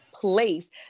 Place